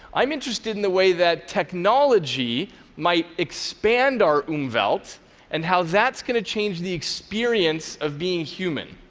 i'm interested in the way that technology might expand our umwelt, and how that's going to change the experience of being human.